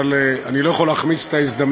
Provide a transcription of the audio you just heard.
אבל אני לא יכול להחמיץ את ההזדמנות